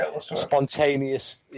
spontaneous